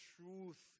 truth